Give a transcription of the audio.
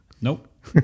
Nope